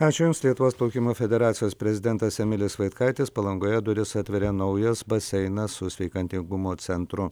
ačiū jums lietuvos plaukimo federacijos prezidentas emilis vaitkaitis palangoje duris atveria naujas baseinas su sveikatingumo centru